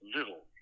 Little